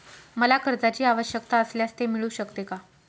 मला कर्जांची आवश्यकता असल्यास ते मिळू शकते का?